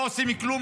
לא עושים כלום,